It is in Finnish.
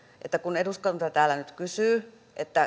että kun eduskunta täällä nyt kysyy